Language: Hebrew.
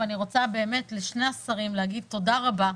ואני רוצה באמת לשני השרים להגיד תודה רבה,